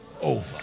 over